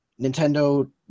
Nintendo